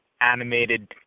animated